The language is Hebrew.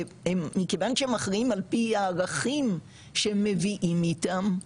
והם מכיוון שהם מכריעים על פי הערכים שמביאים איתם,